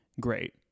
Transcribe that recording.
great